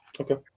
Okay